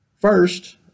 First